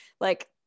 like-